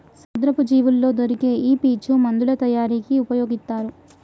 సముద్రపు జీవుల్లో దొరికే ఈ పీచు మందుల తయారీకి ఉపయొగితారు